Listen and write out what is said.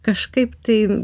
kažkaip tai